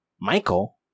Michael